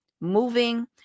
moving